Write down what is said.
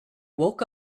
woke